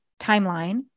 timeline